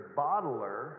bottler